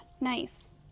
nice